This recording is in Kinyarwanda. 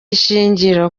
ishingiro